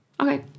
Okay